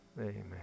Amen